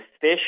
fish